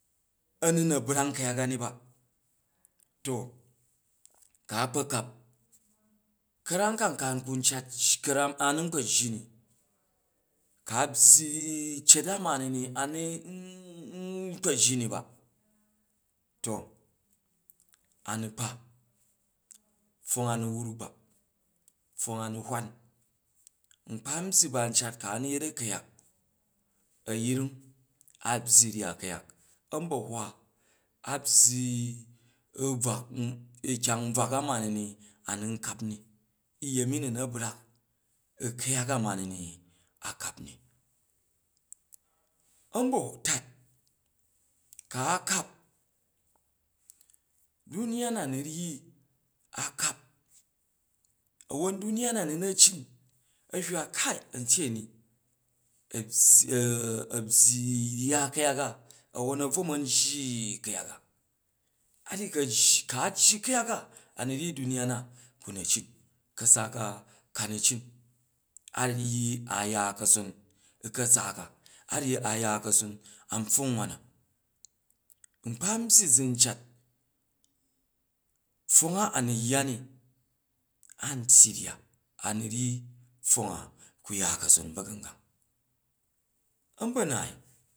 A̱ nu na brang ku̱yak a ni ba to kua kpa kap, ka̱ram ka ka kun eat anu nkpa jji ni ku a̱ byyi cet da ma a̱ nun kpa̱ jji ni ba to a̱nu kpa, pfwong a nu̱ wruk ba, pfwong a nu̱ hwan, nkpa̱ n byyi ba n cat ku a̱ nu yet a̱ku̱yak, a̱yring a̱ byyi ryya ku̱yak, a̱mbahwa, a̱ byyi kyang nbwak ma ni ni anu nkap ni uyemi nu na brang u̱ ku̱yak a mani ni a kap ni a̱nbatat, ku a kap duniya na nu ryyi a kap a̱won duniyana na na un a̱ hywa kai a̱tyeni, abyy a̱ byyi ryya ku̱yak a, awonabro man jji ku̱yak a, a ryyi ku aji kaji ku̱yak, a, a nu ryyi duniya na ku na cin ka̱sa ka ka na̱ cin a ryyi aya ka̱son u ka̱sa ka, a ryyi aya ka̱son an pfwong wan na nkpa n byyi zu n cat pfwong a a nu yya ni an tyyi ryya a nu ryyi pfwong a ku ya ka̱son ba̱gangang, a̱nba̱naai